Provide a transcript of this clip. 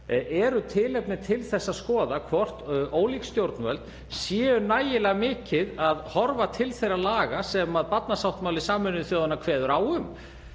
séu tilefni til að skoða hvort ólík stjórnvöld séu nægilega mikið að horfa til þeirra laga sem barnasáttmáli Sameinuðu þjóðanna kveður á